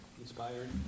Inspired